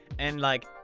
and like,